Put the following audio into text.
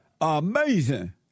Amazing